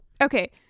Okay